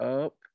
up